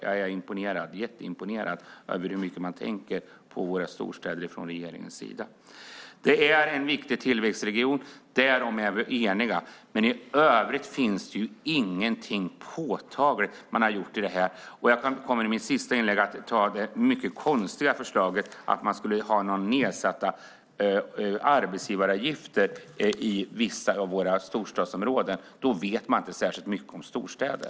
Jag skulle ironiskt kunna säga att jag är jätteimponerad över hur mycket man tänker på våra storstäder från regeringens sida. Storstäderna är en viktig tillväxtregion. Därom är vi eniga. Men i övrigt finns det inget påtagligt som regeringen har gjort. Jag kommer i mitt sista inlägg att ta upp det mycket konstiga förslaget om nedsatta arbetsgivaravgifter i vissa av våra storstadsområden. Om man föreslår något sådant vet man inte särskilt mycket om storstäder.